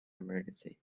emergency